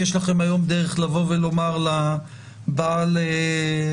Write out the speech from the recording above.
יש לכם היום דרך לבוא ולומר לבעל מסעדה,